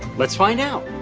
let's find out.